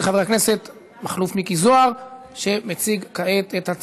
אנחנו עוברים, בעזרת השם,